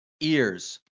Ears